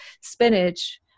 spinach